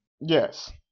Yes